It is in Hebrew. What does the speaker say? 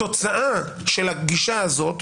התוצאה של הגישה הזו,